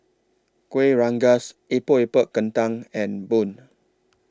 Kueh Rengas Epok Epok Kentang and Bun